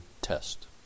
test